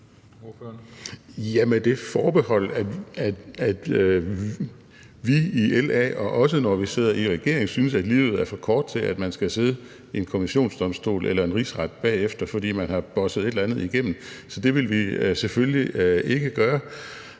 det forbehold, at vi i LA, også når vi sidder i regering, synes, at livet er for kort til, at man bagefter skal sidde i en konventionsdomstol eller rigsret, fordi man har bosset et eller andet igennem, så det vil vi selvfølgelig ikke gøre.